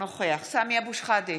אינו נוכח סמי אבו שחאדה,